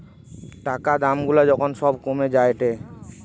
টাকা দাম গুলা যখন সব কমে যায়েটে